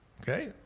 Okay